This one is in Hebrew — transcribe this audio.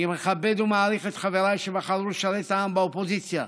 אני מכבד ומעריך את חבריי שבחרו לשרת את העם באופוזיציה.